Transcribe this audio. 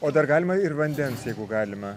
o dar galima ir vandens jeigu galima